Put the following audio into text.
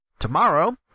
Tomorrow